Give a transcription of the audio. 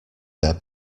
their